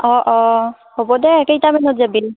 অঁ অঁ হ'ব দে কেইটামানত যাবি